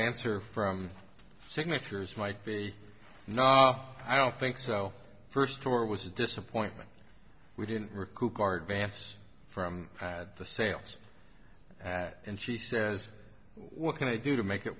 answer from signatures might be no i don't think so first or it was a disappointment we didn't recoup guard vance from the sales and she says what can i do to make it